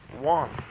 one